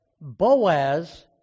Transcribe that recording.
Boaz